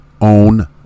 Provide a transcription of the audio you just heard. own